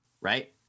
right